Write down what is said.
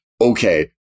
okay